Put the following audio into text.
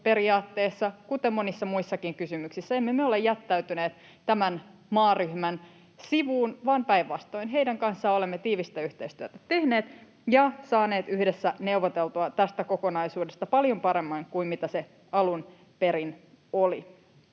oikeusvaltioperiaatteessa, kuten monissa muissakin kysymyksissä. Emme me ole jättäytyneet tästä maaryhmästä sivuun, vaan päinvastoin heidän kanssaan olemme tiivistä yhteistyötä tehneet ja saaneet yhdessä neuvoteltua tästä kokonaisuudesta paljon paremman kuin mitä se alun perin oli.